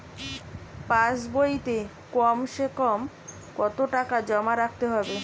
পাশ বইয়ে কমসেকম কত টাকা জমা রাখতে হবে?